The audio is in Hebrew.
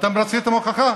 אתם רציתם הוכחה?